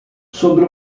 sobre